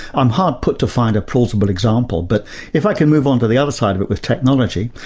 i'm hard put to find a plausible example, but if i can move on to the other side of it, with technology,